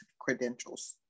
credentials